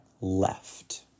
left